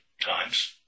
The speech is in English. times